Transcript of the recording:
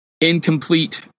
incomplete